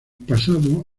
pasado